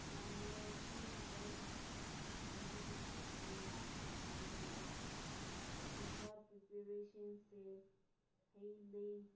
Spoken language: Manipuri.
ꯃꯃꯜꯁꯨ ꯌꯥꯝ ꯀꯝꯄꯤꯇꯤꯇꯤꯞ ꯑꯣꯏꯅ ꯊꯝꯕꯅꯤ ꯑꯁꯤꯒꯨꯝꯕ ꯄ꯭ꯔꯤꯄꯦꯔꯦꯁꯟꯁꯦ ꯍꯩ ꯂꯩ